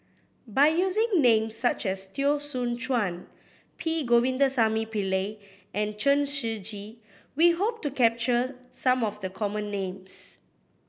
by using names such as Teo Soon Chuan P Govindasamy Pillai and Chen Shiji we hope to capture some of the common names